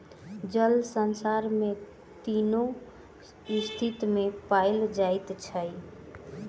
जल संसार में तीनू स्थिति में पाओल जाइत अछि